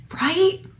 right